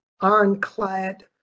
ironclad